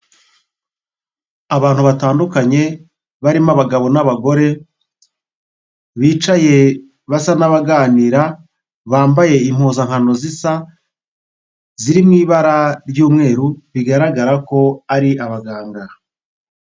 Abantu batandukanye barimo abagabo n'abagore bicaye basa n'abaganira bambaye impuzankano zisa ziri mu ibara ry'umweru bigaragara ko ari abaganga.